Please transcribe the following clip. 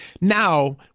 Now